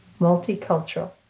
multicultural